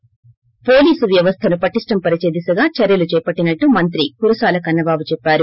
థి పోలీసు వ్యవస్లను పటిష్టం పరిచే దిశగా చర్యలు చేపట్టినట్టు మంత్రి కురసాల కన్న బాబు చెప్పారు